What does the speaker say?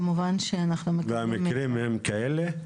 כמובן שאנחנו מקבלים --- והמקרים הם כאלה?